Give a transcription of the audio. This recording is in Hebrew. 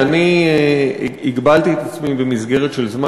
זה כנראה בית-הספר שלנו.